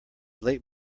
late